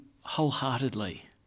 wholeheartedly